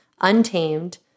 Untamed